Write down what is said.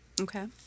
okay